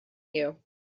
you